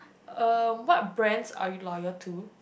uh what brands are you loyal to